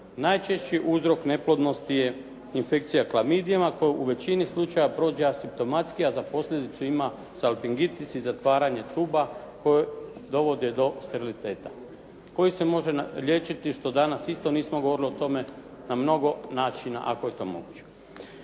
Najčešći uzrok neplodnosti je infekcija clamidijama koja u većini slučajeva prođe asimptomatski a za posljedice ima salpingitis i zatvaranje …/Govornik se ne razumije./… koji dovode do steriliteta koji se može liječiti što danas isto nismo govorili o tome na mnogo načina ako je to moguće.